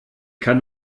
kann